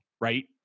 right